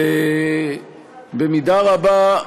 ובמידה רבה,